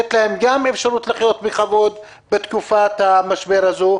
לתת להם גם אפשרות לחיות בכבוד בתקופת המשבר הזו,